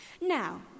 Now